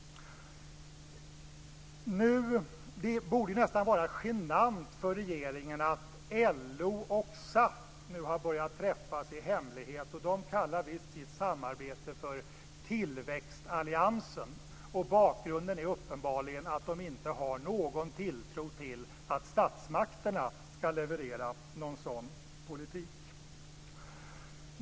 Det borde nästan vara genant för regeringen att LO och SAF nu har börjat träffas i hemlighet. De kallar visst sitt samarbete för tillväxtalliansen. Bakgrunden är uppenbarligen att de inte har någon tilltro till att statsmakterna skall leverera någon sådan politik.